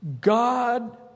God